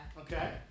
Okay